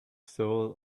soul